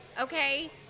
Okay